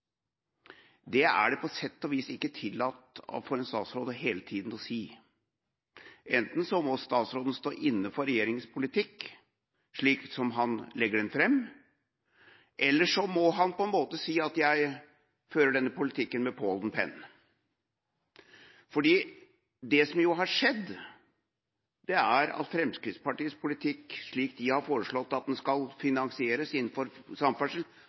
Det er det på sett og vis ikke tillatt for en statsråd hele tiden å si. Enten må statsråden stå inne for regjeringas politikk, slik han legger den fram, eller så må han si at han fører denne politikken med påholden penn. For det som har skjedd, er at Fremskrittspartiets politikk, slik de har foreslått at den skal finansieres innenfor